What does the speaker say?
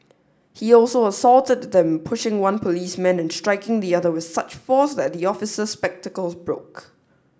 he also assaulted them pushing one policeman and striking the other with such force that the officer's spectacles broke